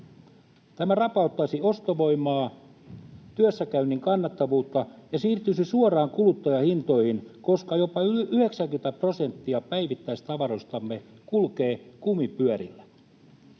Tämä rapauttaisi ostovoimaa, työssäkäynnin kannattavuutta ja siirtyisi suoraan kuluttajahintoihin, koska jopa 90 prosenttia päivittäistavaroistamme kulkee kumipyörillä.